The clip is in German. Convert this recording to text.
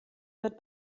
wird